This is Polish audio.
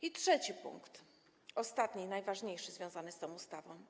I trzeci punkt, ostatni i najważniejszy, związany z tą ustawą.